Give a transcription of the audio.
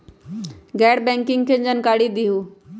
गैर बैंकिंग के जानकारी दिहूँ?